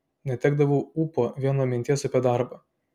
netekdavau ūpo vien nuo minties apie darbą